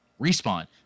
Respawn